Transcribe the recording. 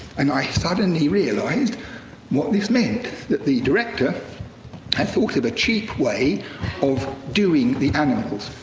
and i suddenly realized what this meant. that the director had thought of a cheap way of doing the animals,